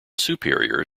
superior